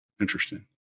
Interesting